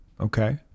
Okay